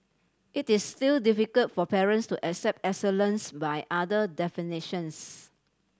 it is still difficult for parents to accept excellence by other definitions